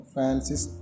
Francis